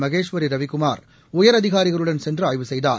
மகேஸ்வரி ரவிக்குமார் உயரதிகாரிகளுடன் சென்று ஆய்வு செய்தார்